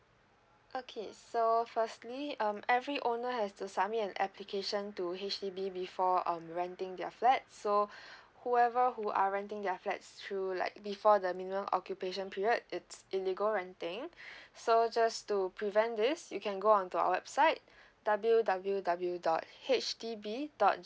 okay so firstly um every owner has to submit an application to H_D_B before um renting their flat so whoever who are renting their flats through like before the minimum occupation period it's illegal renting so just to prevent this you can go on to our website W W W dot H D B dot